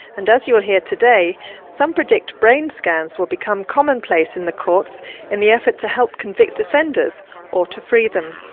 and as you'll hear today some predict brain scans will become common place in the courts in the effort to help convict offenders or to free them.